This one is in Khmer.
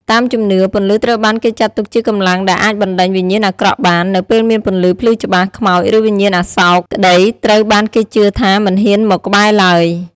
តាមជំនឿ ពន្លឺត្រូវបានគេចាត់ទុកជាកម្លាំងដែលអាចបណ្តេញវិញ្ញាណអាក្រក់បាន នៅពេលមានពន្លឺភ្លឺច្បាស់ ខ្មោច ឬវិញ្ញាណអសោកក្តីត្រូវបានគេជឿថាមិនហ៊ានមកក្បែរឡើយ ។